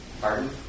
Pardon